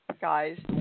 guys